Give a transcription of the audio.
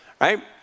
right